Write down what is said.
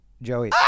Joey